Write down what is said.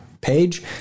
page